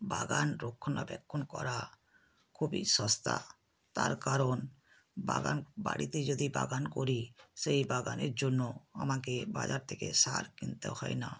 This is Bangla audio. বাগান রক্ষণাবেক্ষণ করা খুবই সস্তা তার কারণ বাগান বাড়িতে যদি বাগান করি সেই বাগানের জন্য আমাকে বাজার থেকে সার কিনতে হয় না